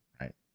right